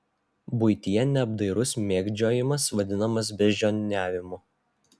buityje neapdairus mėgdžiojimas vadinamas beždžioniavimu